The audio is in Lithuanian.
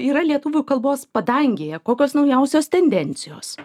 yra lietuvių kalbos padangėje kokios naujausios tendencijos